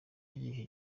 igihe